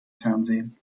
fernsehen